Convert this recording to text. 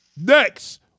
Next